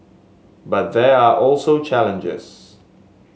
but there are also challenges